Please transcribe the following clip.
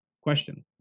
Question